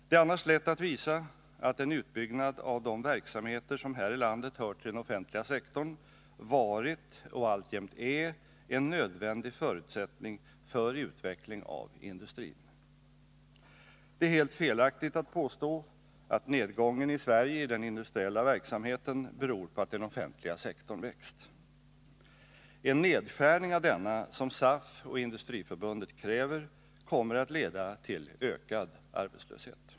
Det är annars lätt att visa att en utbyggnad av de verksamheter som här i landet hör till den offentliga sektorn varit och alltjämt är en nödvändig förutsättning för utveckling av industrin. Det är helt felaktigt att påstå att nedgången i Sverige i den industriella verksamheten beror på att den offentliga sektorn växt. En nedskärning av denna, som SAF och Industriförbundet kräver, kommer att leda till ökad arbetslöshet.